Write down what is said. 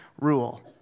rule